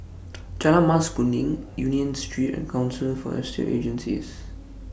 Jalan Mas Kuning Union Street and Council For Estate Agencies